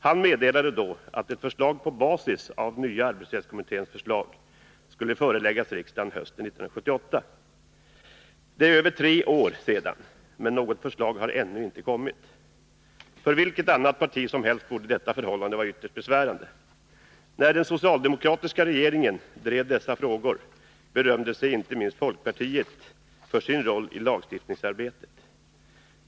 Han meddelade då att ett förslag på basis av nya arbetsrättskommitténs betänkande skulle föreläggas riksdagen hösten 1978. Det är över tre år sedan, men något förslag har ännu inte kommit. För vilket annat parti som helst borde detta förhållande vara ytterst besvärande. När den socialdemokratiska regeringen drev dessa frågor berömde sig inte minst folkpartiet för sin roll i lagstiftningsarbetet.